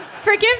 Forgive